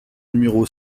numéro